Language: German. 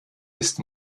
ist